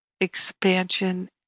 expansion